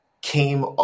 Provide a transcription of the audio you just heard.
came